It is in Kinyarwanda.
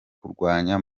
kurwanya